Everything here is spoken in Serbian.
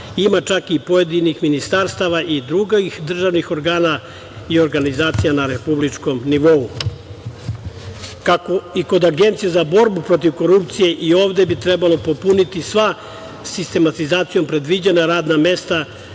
ima, čak i pojedinih ministarstava i drugih državnih organa i organizacija na republičkom nivou. Kako i kod Agencije za borbu protiv korupcije i ovde bi trebalo popuniti sva sistematizacijom predviđena radna mesta,